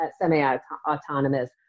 semi-autonomous